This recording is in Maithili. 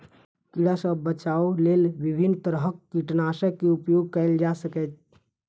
कीड़ा सं बचाव लेल विभिन्न तरहक कीटनाशक के उपयोग कैल जा सकैए